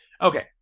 okay